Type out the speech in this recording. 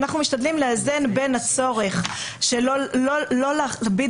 ואנחנו משתדלים לאזן בין הצורך של לא להכביד